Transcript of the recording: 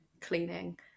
cleaning